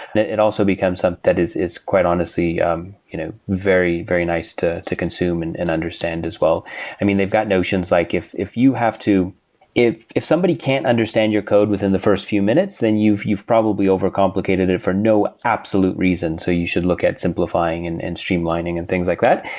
and it it also becomes something um that is is quite honestly um you know very, very nice to to consume and and understand as well i mean, they've got notions, like if if you have to if if somebody can't understand your code within the first few minutes, then you've you've probably overcomplicated it for no absolute reason, so you should look at simplifying and and streamlining and things like that.